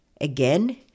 again